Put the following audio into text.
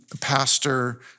pastor